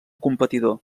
competidor